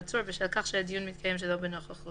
בעצור בשל כך שהדיון מתקיים שלא בנוכחותו,